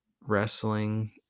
Wrestling